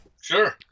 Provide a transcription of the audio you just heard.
Sure